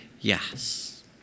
yes